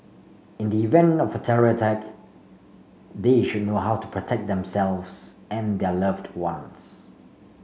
in the event of a terror attack they should know how to protect themselves and their loved ones